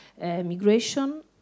migration